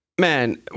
Man